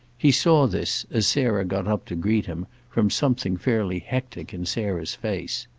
he saw this, as sarah got up to greet him, from something fairly hectic in sarah's face.